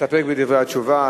להסתפק בדברי התשובה.